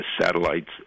satellites